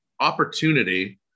Opportunity